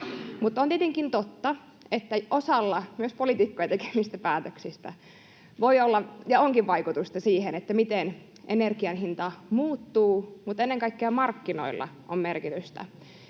On tietenkin totta, että myös osalla poliitikkojen tekemistä päätöksistä voi olla ja onkin vaikutusta siihen, miten energian hinta muuttuu, mutta ennen kaikkea markkinoilla on merkitystä.